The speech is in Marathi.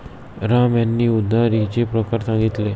राम यांनी उधारीचे प्रकार सांगितले